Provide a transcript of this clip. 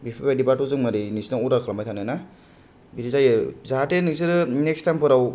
बेफोरबादिबाथ' जों मारै नोंसिनाव अर्डार खालामबाय थानो ना बिदि जायो जाहाथे नोंसोरो नेक्स टाइम फोराव